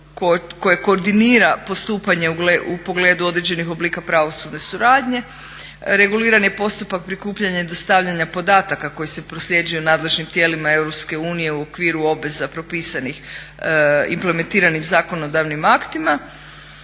koje koordinira postupanje u pogledu određenih oblika pravosudne suradnje. Reguliran je postupak prikupljanja i dostavljanja podataka koji se proslijeđuju nadležnim tijelima EU u okviru obveza propisanih i implementiranim zakonodavnim aktima.